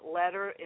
letter